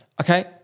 okay